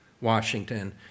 Washington